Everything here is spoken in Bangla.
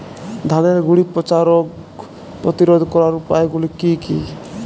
ধানের গুড়ি পচা রোগ প্রতিরোধ করার উপায়গুলি কি কি?